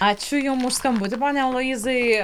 ačiū jum už skambutį pone aloyzai